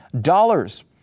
dollars